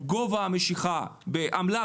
הבנקים.